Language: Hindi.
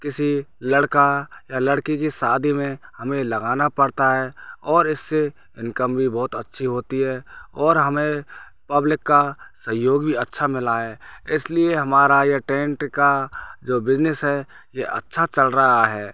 किसी लड़का या लड़की की शादी में हमें लगाना पड़ता है और इससे इंकम भी बहुत अच्छी होती है और हमें पब्लिक का सहयोग भी अच्छा मिला है इसलिए हमारा यह टेंट का जो बिज़नेस है यह अच्छा चल रहा है